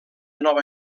nova